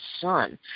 son